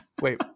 Wait